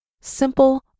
Simple